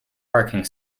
parking